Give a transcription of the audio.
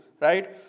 right